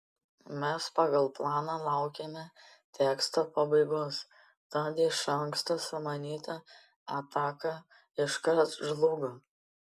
mes pagal planą laukėme teksto pabaigos tad iš anksto sumanyta ataka iškart žlugo